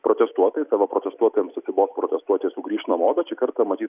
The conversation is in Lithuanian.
protestuotojai savo protestuotojams atsibos protestuoti bet šį kartą matyt